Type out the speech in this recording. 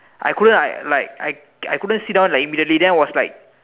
I couldn't like I I couldn't sit like immediately then I was like